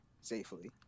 safely